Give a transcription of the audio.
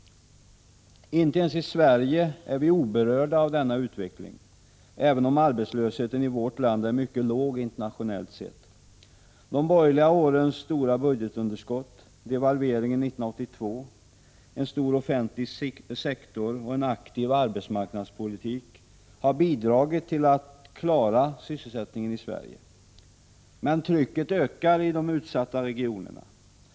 Inte ensi Sverige är vi oberörda av denna utveckling, även om arbetslösheten i vårt land är mycket låg, internationellt sett. De borgerliga regeringsårens stora budgetunderskott, devalveringen 1982, en stor offentlig sektor och en aktiv arbetsmarknadspolitik har bidragit till att klara sysselsättningen i Sverige. Men trycket ökar i de utsatta regionerna.